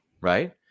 right